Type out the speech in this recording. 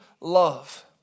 love